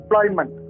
employment